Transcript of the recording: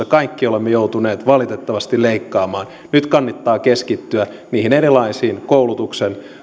kaikki olemme joutuneet valitettavasti leikkaamaan nyt kannattaa keskittyä niihin erilaisiin koulutuksen